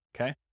okay